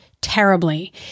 terribly